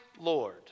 Lord